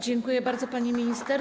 Dziękuję bardzo, pani minister.